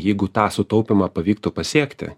jeigu tą sutaupymą pavyktų pasiekti